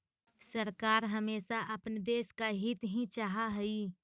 सरकार हमेशा अपने देश का हित ही चाहा हई